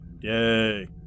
Yay